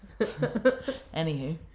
Anywho